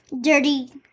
Dirty